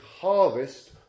harvest